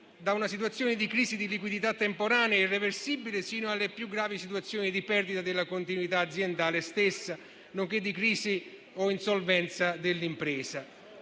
da una situazione di crisi di liquidità temporanea e irreversibile sino alle più gravi situazioni di perdita della continuità aziendale stessa, nonché di crisi o insolvenza dell'impresa.